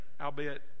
albeit